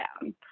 down